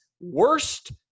worst